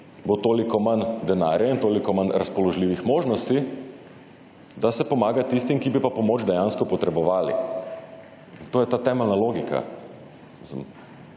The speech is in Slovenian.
bo toliko manj denarja in toliko manj razpoložljivih možnosti, da se pomaga tistim, ki bi pa pomoč dejansko potrebovali. To je ta temeljna logika.